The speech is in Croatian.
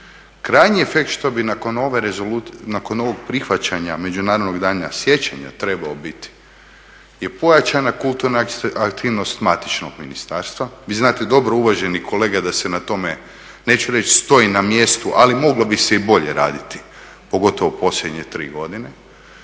Krajnji efekt što bi nakon ovog prihvaćanja Međunarodnog dana sjećanja trebao biti je pojačana aktivnost matičnog ministarstva. Vi znate dobro uvaženi kolege da se na tome neću reći stoji na mjestu, ali moglo bi se i bolje raditi, pogotovo u posljednje tri godine.